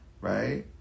right